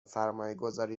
سرمایهگذاری